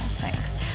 thanks